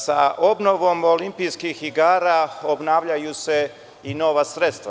Sa obnovom olimpijskih igara obnavljaju se i nova sredstva.